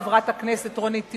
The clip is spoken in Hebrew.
חברת הכנסת רונית תירוש.